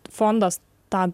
fondas tą